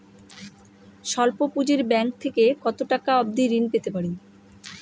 স্বল্প পুঁজির ব্যাংক থেকে কত টাকা অবধি ঋণ পেতে পারি?